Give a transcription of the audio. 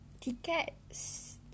Tickets